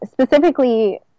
specifically